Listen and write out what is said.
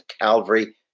Calvary